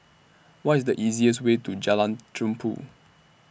What IS The easiest Way to Jalan Tumpu